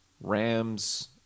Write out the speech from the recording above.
Rams